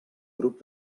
grup